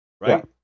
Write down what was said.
right